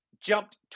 jumped